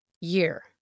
year